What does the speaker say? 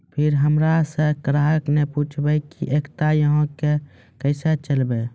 फिर हमारा से ग्राहक ने पुछेब की एकता अहाँ के केसे चलबै?